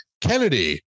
Kennedy